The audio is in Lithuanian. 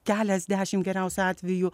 keliasdešimt geriausiu atveju